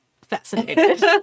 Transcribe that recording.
fascinated